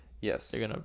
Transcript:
Yes